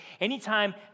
anytime